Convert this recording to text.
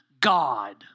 God